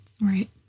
right